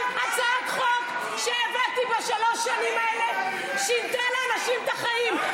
כל הצעת חוק שהבאתי בשלוש השנים האלה שינתה לאנשים את החיים,